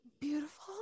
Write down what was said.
Beautiful